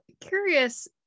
curious